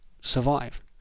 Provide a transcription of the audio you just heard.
survive